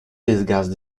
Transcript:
disgust